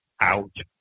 Out